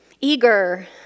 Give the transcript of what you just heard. eager